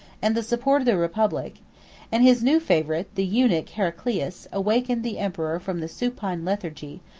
and the support of the republic and his new favorite, the eunuch heraclius, awakened the emperor from the supine lethargy,